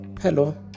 Hello